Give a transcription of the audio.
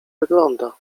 wygląda